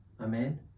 Amen